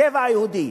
הצבע היהודי.